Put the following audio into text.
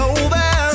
over